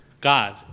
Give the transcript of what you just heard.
God